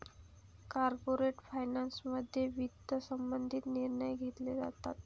corporate फायनान्समध्ये वित्त संबंधित निर्णय घेतले जातात